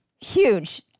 Huge